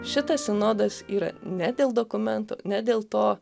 šitas sinodas yra ne dėl dokumentų ne dėl to